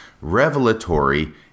revelatory